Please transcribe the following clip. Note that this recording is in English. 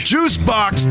Juicebox